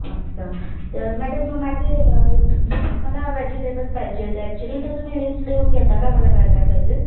अच्छा तर मॅडम म माझी मला वेजिटेबल पाहिजे होते ॲक्चुअली तर तुम्ही लिस्ट लिहून घेता का मला काय काय पाहिजे